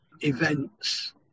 events